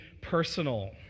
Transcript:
personal